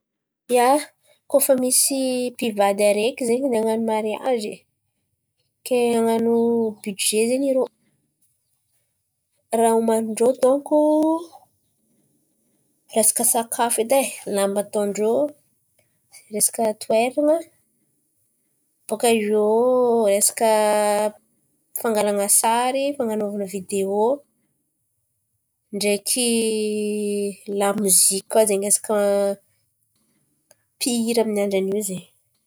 Ia, koa fa misy mpivady araiky zen̈y nan̈ano mariazy. Ke han̈ano bidize zen̈y irô raha omanin-drô donko resaka sakafo edy e. Lamba ataon-drô, resaka toeran̈a, bòka iô resaka fangalan̈a sary, fan̈anaovana videô, ndreky lamoziky koa zen̈y, resaka mpihira amin'ny andran'io zen̈y.